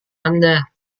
anda